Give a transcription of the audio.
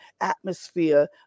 atmosphere